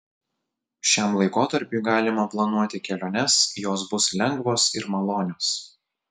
šiam laikotarpiui galima planuoti keliones jos bus lengvos ir malonios